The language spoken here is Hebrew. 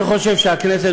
אני חושב שהכנסת,